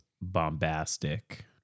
bombastic